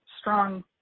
strong